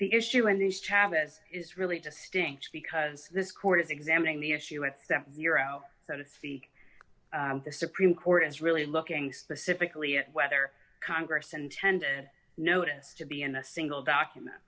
the issue an issue chavez is really just stinks because this court is examining the issue with the euro so to speak the supreme court is really looking specifically at whether congress intended notice to be in a single document